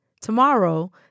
Tomorrow